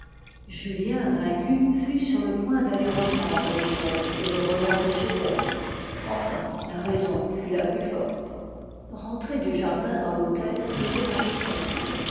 julien vaincu fut sur le point d'aller reprendre l'échelle et de remonter chez elle enfin la raison fut la plus forte rentrer du jardin dans l'hôtel n'était pas chose facile